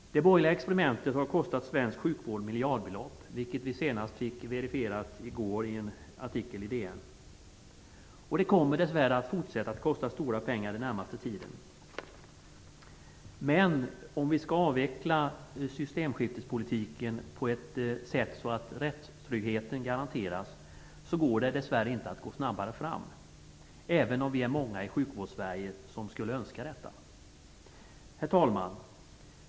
Det borgerliga experimentet har kostat svensk sjukvård miljardbelopp, vilket vi senast fick verifierat i går i en artikel i DN. Det kommer dess värre att fortsätta att kosta stora pengar den närmaste tiden. Om vi skall avveckla systemskiftespolitiken på ett sådant sätt att rättstryggheten garanteras går det dess värre inte att gå snabbare fram, även om vi är många i sjukvårdssverige som skulle önska detta. Herr talman!